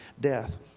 death